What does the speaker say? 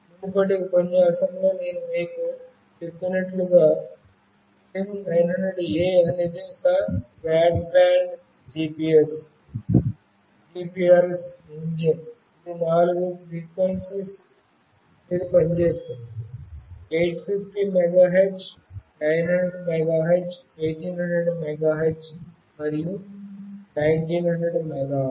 మునుపటి ఉపన్యాసంలో నేను మీకు చెప్పినట్లుగా SIM900A అనేది quad band GPS GPRS engine ఇది నాలుగు పౌనఃపున్యాల మీద పనిచేస్తుంది 850 మెగాహెర్ట్జ్ 900 మెగాహెర్ట్జ్ 1800 మెగాహెర్ట్జ్ మరియు 1900 మెగాహెర్ట్జ్